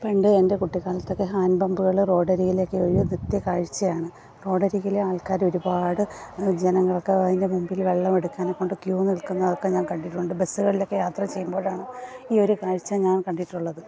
പണ്ട് എൻ്റെ കുട്ടികാലത്തൊക്കെ ഹാൻഡ് പമ്പുകൾ റോഡരികിലൊക്കെ ഒരു നിത്യകാഴ്ച്ചയാണ് റോഡരികിലെ ആൾക്കാർ ഒരുപാട് ജനങ്ങൾക്ക് അതിൻ്റെ മുമ്പിൽ വെള്ളം എടുക്കാനും കൊണ്ട് ക്യു നിൽക്കുന്നതൊക്കെ ഞാൻ കണ്ടിട്ടുണ്ട് ബസ്സുകളിലൊക്കെ യാത്ര ചെയ്യുമ്പോഴാണ് ഈ ഒരു കാഴ്ച്ച ഞാൻ കണ്ടിട്ടുള്ളത്